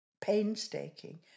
painstaking